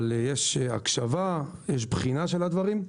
אבל יש הקשבה ויש בחינה של הדברים.